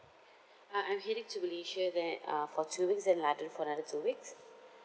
uh I'm heading to malaysia that uh for two weeks then london another two weeks